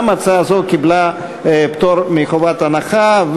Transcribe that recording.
גם הצעה זו קיבלה פטור מחובת הנחה,